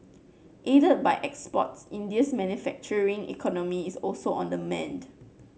aided by exports India's manufacturing economy is also on the mend